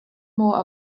more